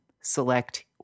select